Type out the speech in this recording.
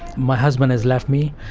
my husband has left me,